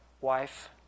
wife